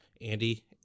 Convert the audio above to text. Andy